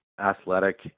athletic